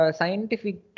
scientific